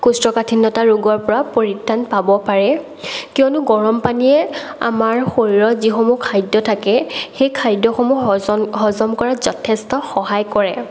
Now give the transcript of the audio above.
কৌষ্ঠকাঠিন্যতা ৰোগৰ পৰা পৰিত্ৰাণ পাব পাৰে কিয়নো গৰম পানীয়ে আমাৰ শৰীৰত যিসমূহ খাদ্য থাকে সেই খাদ্যসমূহ হজম কৰাত যথেষ্ট সহায় কৰে